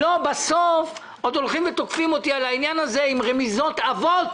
בסוף עוד תוקפים אותי על העניין הזה עם רמיזות עבות